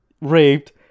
raped